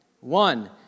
One